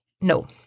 No